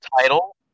Title